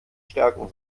stärken